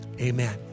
amen